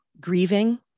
grieving